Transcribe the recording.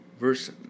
verse